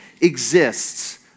exists